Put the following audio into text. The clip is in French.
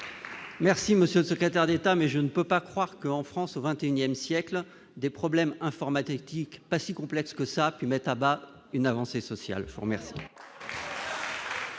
Merci Monsieur le secrétaire d'État, mais je ne peux pas croire que en France au XXIe siècle des problèmes informatiques indique pas si complexe que ça pu mettre à bas une avancée sociale fort merci.